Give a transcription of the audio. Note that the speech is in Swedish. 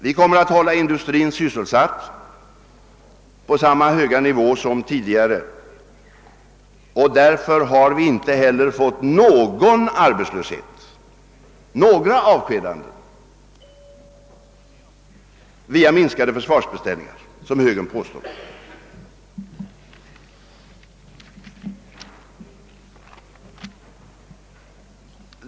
Vi kommer att hålla industrin sysselsatt på samma höga nivå som tidigare, och därför har vi inte heller fått någon arbetslöshet, inte några avskedanden, via minskade försvarsbeställningar som högern påstår.